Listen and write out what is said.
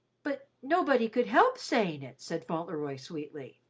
but nobody could help saying it, said fauntleroy sweetly.